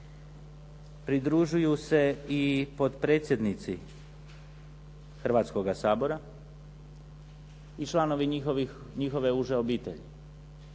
pridružuju se i potpredsjednici Hrvatskoga sabora i članovi njihove uže obitelji.